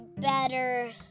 better